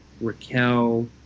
Raquel